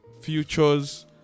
futures